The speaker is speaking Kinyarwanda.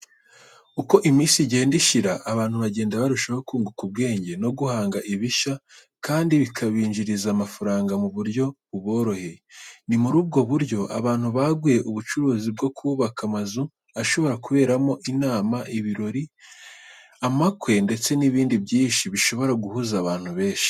Uko iminsi igenda ishira abantu bagenda barushaho kunguka ubwenge no guhanga ibishya kandi bikabinjiriza amafaranga mu buryo buboroheye. Ni muri ubwo buryo abantu baguye ubucuruzi bwo kubaka amazu ashobora kuberamo inama, ibirori runaka, amakwe, ndetse n'ibindi byinshi bishobora guhuza abantu benshi.